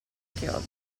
chiodo